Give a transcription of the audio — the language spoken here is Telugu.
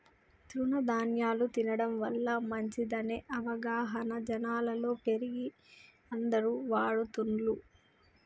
తృణ ధ్యాన్యాలు తినడం వల్ల మంచిదనే అవగాహన జనాలలో పెరిగి అందరు వాడుతున్లు